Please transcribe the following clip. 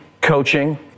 coaching